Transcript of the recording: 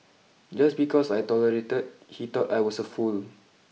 just because I tolerated he thought I was a fool